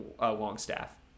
Longstaff